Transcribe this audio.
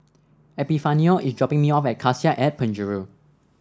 Epifanio is dropping me off at Cassia at Penjuru